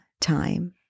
time